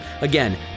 Again